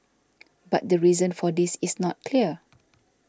but the reason for this is not clear